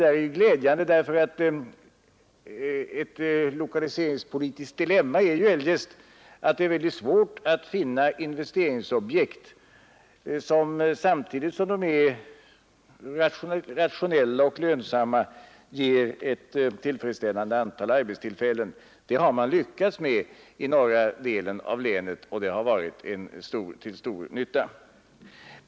Detta är glädjande, därför att det är ett lokaliseringspolitiskt dilemma att finna investeringsobjekt, som samtidigt som de är rationella och lönsamma också ger ett tillfredsställande antal arbetstillfällen. Man har lyckats med detta i norra delen av länet, vilket varit till stor nytta.